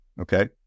okay